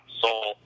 soul